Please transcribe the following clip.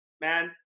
man